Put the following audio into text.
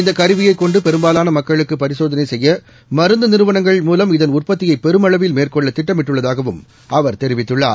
இந்த கருவியை கொண்டு பெரும்பாவான மக்களுக்கு பரிசோதனை செய்ய மருந்து நிறுவனங்கள் மூலம் இதன் உற்பத்தியை பெருமளவில் மேற்கொள்ள திட்டமிட்டுள்ளதாகவும் அவர் தெரிவித்துள்ளார்